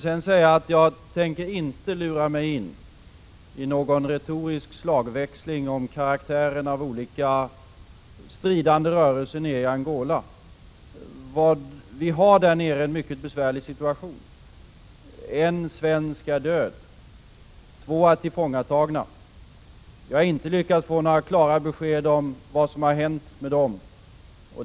Sedan vill jag säga: Jag tänker inte lura mig in i någon retorisk slagväxling om karaktären av olika stridande rörelser i Angola. Situationen där nere är mycket besvärlig. En svensk är död, två är tillfångatagna, och vi har inte lyckats få några klara besked om vad som hänt med dem.